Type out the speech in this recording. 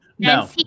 No